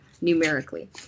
numerically